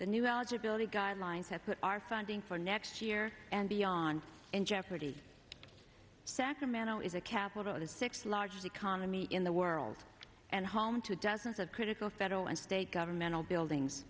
the new alger bill the guidelines have put our funding for next year and beyond in jeopardy sacramento is a capitalist sixth largest economy in the world and home to dozens of critical federal and state governmental buildings